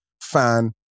fan